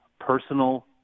personal